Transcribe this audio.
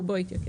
רובו התייקר.